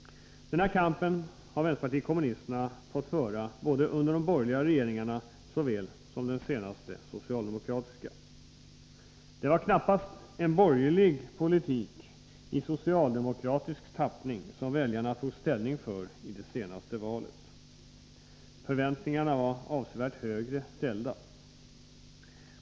Denna kamp har vpk fått föra både under de borgerliga regeringarna och under den senaste socialdemokratiska regeringen. Det var knappast en borgerlig politik i socialdemokratisk tappning som väljarna tog ställning för i det senaste valet. Förväntningarna var avsevärt högre ställda.